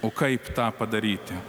o kaip tą padaryti